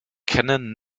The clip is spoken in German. kennen